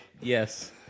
Yes